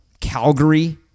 Calgary